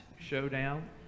showdown